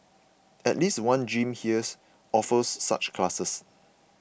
at least one gym here offers such classes